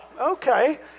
okay